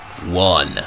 one